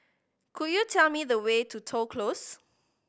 could you tell me the way to Toh Close